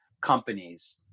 companies